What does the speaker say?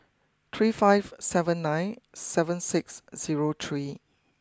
three five seven nine seven six zero three